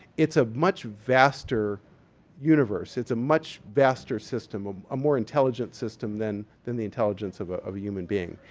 it's a much vaster universe. it's a much vaster system, a more intelligent system than than the intelligence of a of a human being.